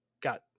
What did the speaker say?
got